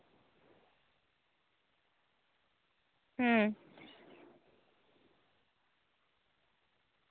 ᱦᱩᱸ